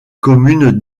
commune